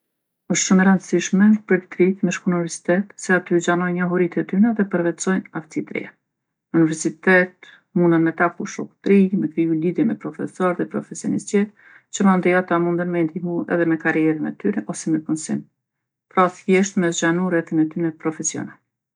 Është shumë e randsishme për t'rijtë me shku n'univerzitet se aty e zgjanojnë njohuritë e tyne edhe përvetsojnë aftsi t'reja. N'univerzitet munën me taku shokë t'ri, me kriju lidhje me profesorë e profesionistë tjerë, që mandej ata munden me i ndihmu me karrierën e tyre ose me punsim. Pra thjesht me zgjanu rrethin e tyne profesional.